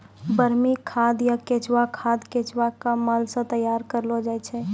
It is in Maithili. वर्मी खाद या केंचुआ खाद केंचुआ के मल सॅ तैयार करलो जाय छै